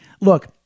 look